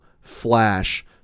Flash